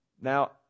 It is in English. Now